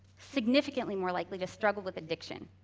significantly more likely to struggle with addiction.